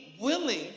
willing